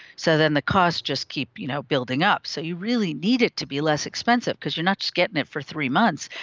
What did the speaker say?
so then the costs just keep you know building up. so you really need it to be less expensive, because you are not just getting it for three months.